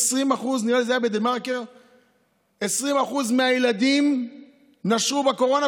נראה לי שזה היה בדה-מרקר ש-20% מהילדים נשרו בקורונה,